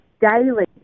daily